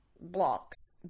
blocks